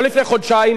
לא לפני חודשיים,